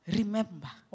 remember